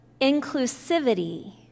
inclusivity